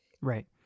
Right